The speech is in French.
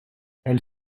elle